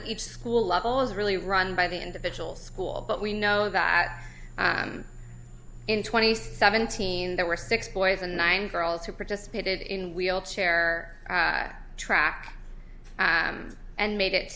at each school level is really run by the individual school but we know that in twenty seventeen there were six boys and nine girls who participated in wheelchair track and made it